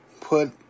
put